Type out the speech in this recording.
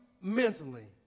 mentally